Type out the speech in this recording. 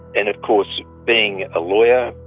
and of course being a lawyer,